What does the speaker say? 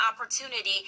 opportunity